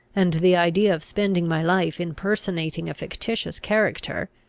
and the idea of spending my life in personating a fictitious character,